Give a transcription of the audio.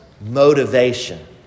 motivation